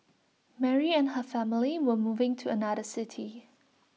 Mary and her family were moving to another city